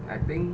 I think